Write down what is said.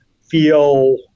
feel